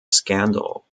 scandal